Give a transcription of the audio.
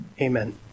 Amen